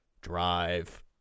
Drive